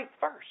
first